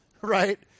right